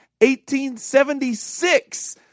1876